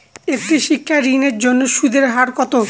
একটি শিক্ষা ঋণের জন্য সুদের হার কত?